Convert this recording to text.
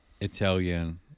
Italian